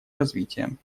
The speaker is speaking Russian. развитием